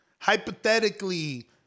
Hypothetically